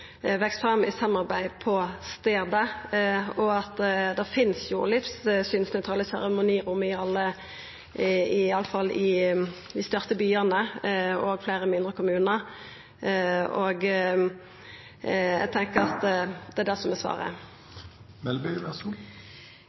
finst jo livssynsnøytrale seremonirom i alle fall i dei største byane og i fleire mindre kommunar. Eg tenkjer at det er det som er svaret.